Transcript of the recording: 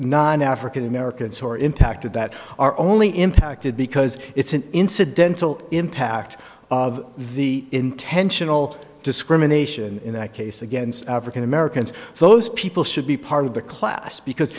nine african americans who are impacted that are only impacted because it's an incidental impact of the intentional discrimination case against african americans those people should be part of the class because